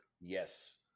Yes